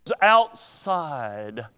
outside